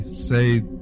say